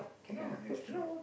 ya that's true